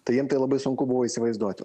tai jiem tai labai sunku buvo įsivaizduoti